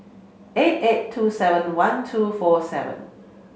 eight eight two seven one two four seven